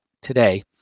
today